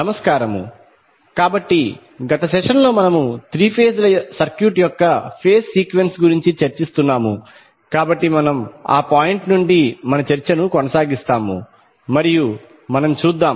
నమస్కారము కాబట్టి గత సెషన్లో మనము త్రీ ఫేజ్ ల సర్క్యూట్ యొక్క ఫేజ్ సీక్వెన్స్ గురించి చర్చిస్తున్నాము కాబట్టి మనము ఆ పాయింట్ నుండి మన చర్చను కొనసాగిస్తాము మరియు మనం చూద్దాం